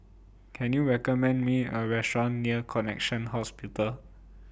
Can YOU recommend Me A Restaurant near Connexion Hospital